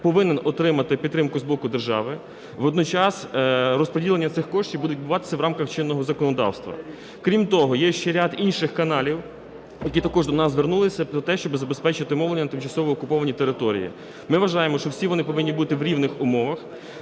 повинен отримувати підтримку з боку держави, водночас розподіл цих коштів буде відбуватися в рамках чинного законодавства. Крім того, є ще ряд інших каналів, які також до нас звернулися про те, щоб забезпечити мовлення на тимчасово окупованій території. Ми вважаємо, що всі вони повинні бути в рівних умовах,